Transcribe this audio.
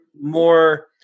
more